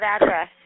address